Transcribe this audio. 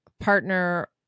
partner